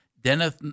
Dennis